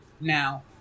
Now